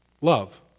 love